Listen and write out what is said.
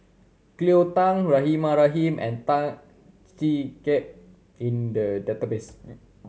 Cleo Thang Rahimah Rahim and Tan Chee Teck in the database